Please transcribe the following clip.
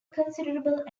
considerable